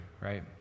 right